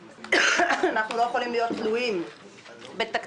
אנחנו לא יכולים להיות תלויים בתקציבים